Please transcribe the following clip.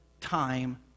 time